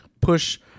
push